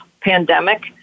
pandemic